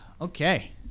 Okay